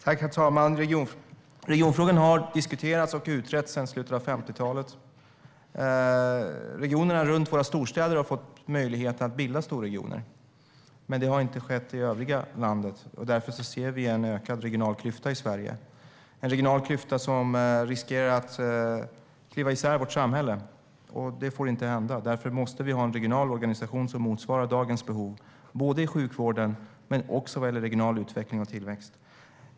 Herr talman! Regionfrågan har diskuterats och utretts sedan slutet av 50-talet. Regionerna runt våra storstäder har fått möjlighet att bilda storregioner. Men det har inte skett i övriga landet. Därför ser vi i Sverige en ökad regional klyfta som riskerar att klyva isär vårt samhälle. Det får inte hända. Därför måste vi ha en regional organisation som motsvarar dagens behov, både i sjukvården och vad gäller regional utveckling och tillväxt.